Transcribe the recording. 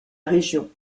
région